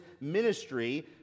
ministry